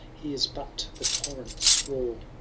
hears but the torrent's roar.